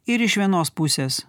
ir iš vienos pusės